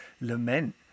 lament